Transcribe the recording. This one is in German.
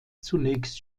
zunächst